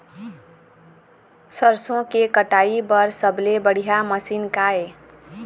सरसों के कटाई बर सबले बढ़िया मशीन का ये?